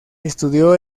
estudió